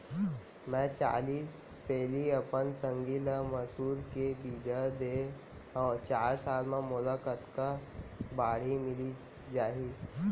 मैं चालीस पैली अपन संगी ल मसूर के बीजहा दे हव चार साल म मोला कतका बाड़ही मिलिस जाही?